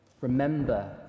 remember